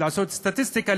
לעשות סטטיסטיקה,